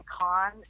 con